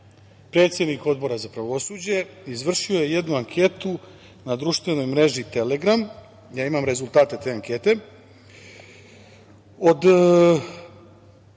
predsednik Odbora za pravosuđe, izvršio je jednu anketu na društvenoj mreži Telegram i ja imam rezultate te ankete.